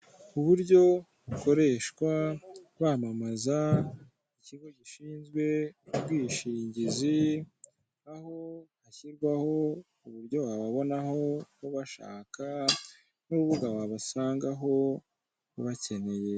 Uburyo bukoreshwa bamamaza ikigo gishinzwe ubwishingizi, aho hashyirwaho uburyo wababonaho ubashaka n'urubuga wabasangaho ubakeneye.